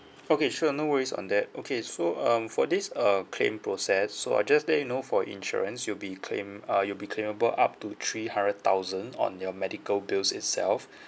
okay sure no worries on that okay so um for this uh claim process so I'll just let you know for insurance you'll be claim uh you'll be claimable up to three hundred thousand on your medical bills itself